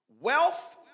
Wealth